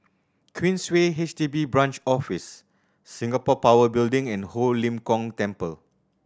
Queensway H D B Branch Office Singapore Power Building and Ho Lim Kong Temple